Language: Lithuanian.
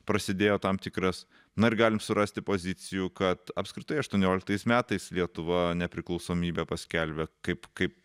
prasidėjo tam tikras na ir galim surasti pozicijų kad apskritai aštuonioliktais metais lietuva nepriklausomybę paskelbė kaip kaip